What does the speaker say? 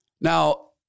Now